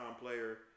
player